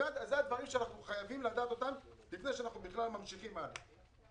אלה הדברים שאנחנו חייבים לדעת לפני שאנחנו בכלל ממשיכים הלאה.